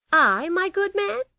i, my good man?